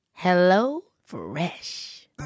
HelloFresh